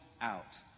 out